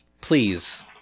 please